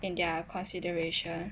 in their consideration